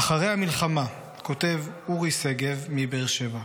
"אחרי המלחמה", כותב אורי שגב מבאר שבע: